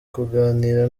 kuganira